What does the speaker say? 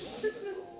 Christmas